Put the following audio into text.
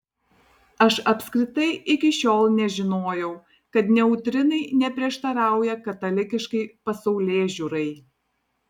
aš apskritai iki šiol nežinojau kad neutrinai neprieštarauja katalikiškai pasaulėžiūrai